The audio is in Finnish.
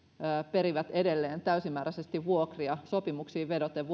perivät edelleen vuokralaisiltaan täysimääräisesti vuokria sopimuksiin vedoten